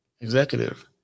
executive